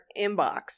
inbox